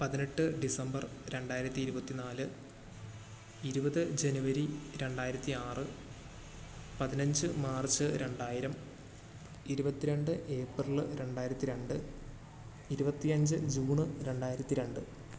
പതിനെട്ട് ഡിസംബർ രണ്ടായിരത്തി ഇരുപത്തിനാല് ഇരുപത് ജനുവരി രണ്ടായിരത്തി ആറ് പത്തിനഞ്ച് മാർച്ച് രണ്ടായിരം ഇരുപത്തി രണ്ട് ഏപ്രില് രണ്ടായിരത്തി രണ്ട് ഇരുപത്തിയഞ്ച് ജൂണ് രണ്ടായിരത്തി രണ്ട്